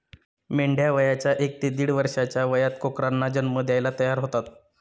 मेंढ्या वयाच्या एक ते दीड वर्षाच्या वयात कोकरांना जन्म द्यायला तयार होतात